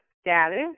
status